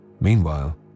Meanwhile